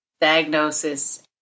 diagnosis